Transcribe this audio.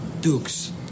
Dukes